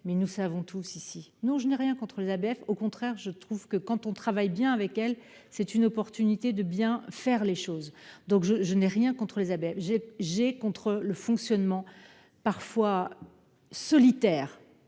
mais nous savons tous ici, non, je n'ai rien contre les ABF, au contraire, je trouve que quand on travaille bien avec elle, c'est une opportunité de bien faire les choses donc je, je n'ai rien contre Isabelle j'ai j'ai contre le fonctionnement parfois solitaire